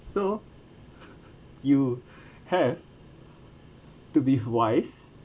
so you have to be wise